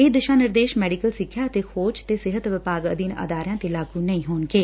ਇਹ ਦਿਸ਼ਾ ਨਿਰਦੇਸ਼ ਮੈਡੀਕਲ ਸਿੱਖਿਆ ਅਤੇ ਖੋਜ ਅਤੇ ਸਿਹਤ ਵਿਭਾਗ ਅਧੀਨ ਅਦਾਰਿਆ ਤੇ ਲਾਗੁ ਨਹੀ ਹੋਣਗੇ